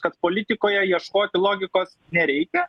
kad politikoje ieškoti logikos nereikia